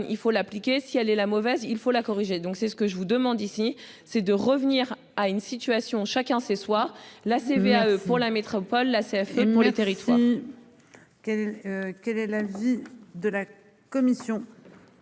il faut l'appliquer, si elle est la mauvaise, il faut la corriger donc c'est ce que je vous demande ici c'est de revenir à une situation, chacun sait, soit la CVAE pour la métropole la ACF pour les terroristes.